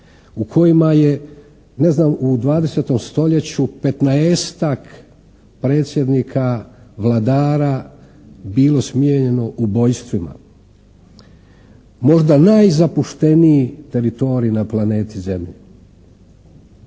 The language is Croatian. U kojima je, ne znam u 20. stoljeću 15-tak predsjednika vladara bilo smijenjeno ubojstvima. Možda najzapušteniji teritorij na planeti zemlji.